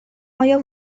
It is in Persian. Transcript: آیا